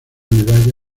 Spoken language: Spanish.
medalla